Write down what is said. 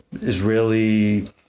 Israeli